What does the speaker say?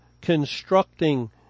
constructing